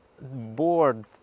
bored